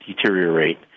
deteriorate